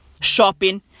shopping